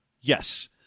Yes